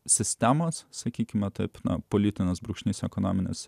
sistemos sakykime taip nuo politikos brūkšnys ekonominės